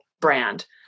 brand